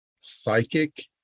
psychic